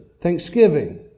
thanksgiving